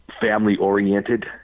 family-oriented